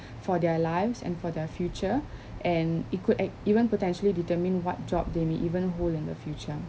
for their lives and for their future and it could ac~ even potentially determine what job they may even hold in the future